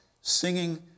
singing